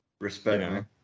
Respect